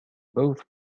both